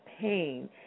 pain